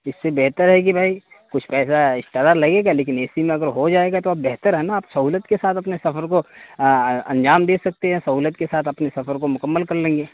اس سے بہتر ہے کہ بھائی کچھ پیسہ ایکسٹرا لگے گا لیکن اے سی میں اگر ہو جائے گا تو آپ بہتر ہے نا آپ سہولت کے ساتھ اپنے سفر کو انجام دے سکتے ہیں سہولت کے ساتھ اپنے سفر کو مکمل کر لیں گے